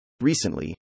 Recently